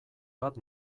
bat